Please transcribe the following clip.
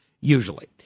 Usually